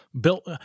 built –